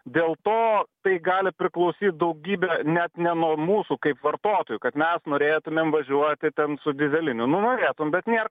dėl to tai gali priklausyt daugybę net ne nuo mūsų kaip vartotojų kad mes norėtumėm važiuoti ten su dyzeliniu nu norėtum bet nėr